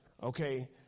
Okay